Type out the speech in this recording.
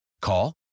Call